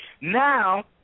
Now